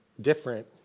different